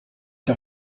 der